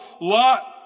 Lot